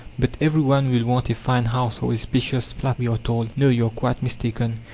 but every one will want a fine house or a spacious flat! we are told no, you are quite mistaken.